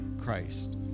Christ